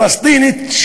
פלסטינית,